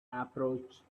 approached